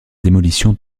démolition